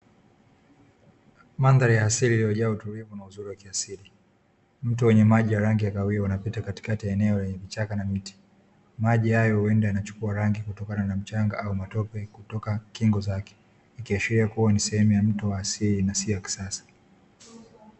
Mandhari ya asili yaliyojaa utulivu na uzuri wa kiasili. Mto wenye maji ya rangi ya kahawia unapita katikati ya eneo lenye vichaka na miti. Maji hayo huenda yanachukua rangi kutokana na mchanga au matope kutoka kingo zake, ikihisiwa kuwa ni sehemu ya mto wa asili na si ya kisasa.